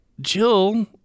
Jill